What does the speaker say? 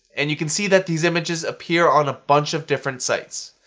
and you can see that these images appear on a bunch of different sites.